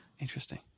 Interesting